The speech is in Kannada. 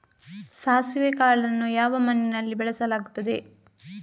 ಸಾಸಿವೆ ಕಾಳನ್ನು ಯಾವ ಮಣ್ಣಿನಲ್ಲಿ ಬೆಳೆಸಲಾಗುತ್ತದೆ?